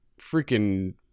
freaking